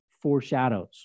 foreshadows